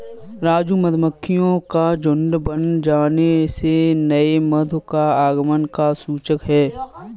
राजू मधुमक्खियों का झुंड बन जाने से नए मधु का आगमन का सूचक है